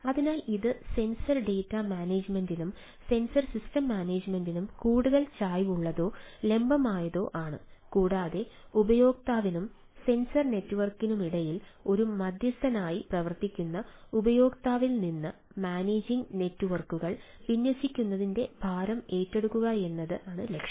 അതിനാൽ ഇത് sensor data മാനേജുമെന്റിനും സെൻസർ സിസ്റ്റം മാനേജുമെന്റിനും കൂടുതൽ ചായ്വുള്ളതോ ലംബമായതോ ആണ് കൂടാതെ ഉപയോക്താവിനും സെൻസർ നെറ്റ്വർക്കിനുമിടയിൽ ഒരു മധ്യസ്ഥനായി പ്രവർത്തിക്കുന്ന ഉപയോക്താവിൽ നിന്ന് മാനേജിംഗ് നെറ്റ്വർക്കുകൾ വിന്യസിക്കുന്നതിന്റെ ഭാരം ഏറ്റെടുക്കുകയെന്നതാണ് ലക്ഷ്യം